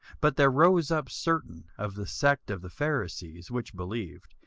but there rose up certain of the sect of the pharisees which believed,